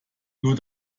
nur